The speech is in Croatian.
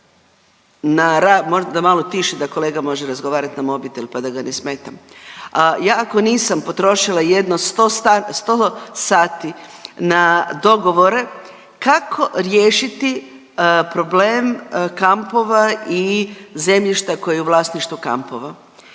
da malo tiše da kolega može razgovarat na mobitel, pa da ga ne smetam. Ja ako nisam potrošila jedno 100 sati na dogovore kako riješiti problem kampova i zemljišta koje je u vlasništvu kampova,